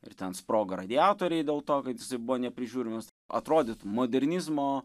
ir ten sprogo radiatoriai dėl to kad buvo neprižiūrimas atrodyt modernizmo